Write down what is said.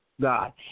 God